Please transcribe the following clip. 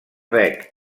bec